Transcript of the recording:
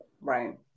Right